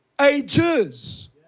Ages